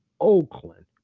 Oakland